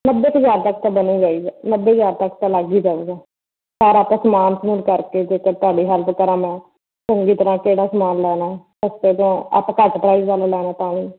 ਨੱਬੇ ਕ ਹਜ਼ਾਰ ਤੱਕ ਤਾਂ ਬਣੂੰਗਾ ਹੀ ਨੱਬੇ ਹਜ਼ਾਰ ਤੱਕ ਤਾਂ ਲੱਗ ਹੀ ਜਾਏਗਾ ਸਾਰਾ ਆਪਣਾ ਸਮਾਨ ਸਮੁਨ ਕਰਕੇ ਜੇਕਰ ਤੁਹਾਡੀ ਹੈਲਪ ਕਰਾਂ ਮੈਂ ਚੰਗੀ ਤਰ੍ਹਾਂ ਕਿਹੜਾ ਸਮਾਨ ਲੈਣਾ ਸਸਤੇ ਤੋਂ ਆਪਾਂ ਘੱਟ ਪ੍ਰਾਈਜ ਵਾਲੇ ਲੈਣਾ ਤਾਂ ਵੀ